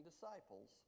disciples